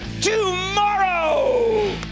tomorrow